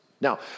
Now